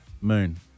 Moon